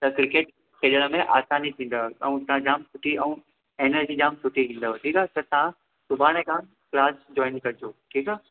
त क्रिकेट खेॾिण में आसानी थींदव अऊं उतां जाम सुठी अऊं एनर्जी जाम सुठी ईंदव ठीक आहे त तां सुभाणे खां क्लास जॉइन कजो ठीक आ